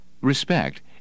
Respect